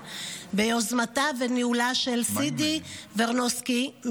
ביוזמתה וניהולה של סידי ורונסקי,